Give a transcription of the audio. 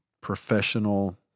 professional